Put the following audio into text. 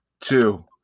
two